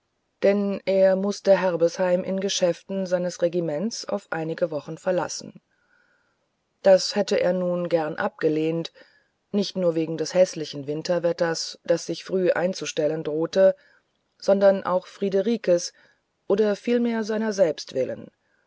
denn er mußte herbesheim in geschäften seines regiments auf einige wochen verlassen das hätte er nun gern abgelehnt nicht nur wegen des häßlichen winterwetters das sich früh einzustellen drohte sondern auch friederikes oder vielmehr seiner